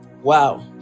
wow